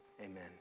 amen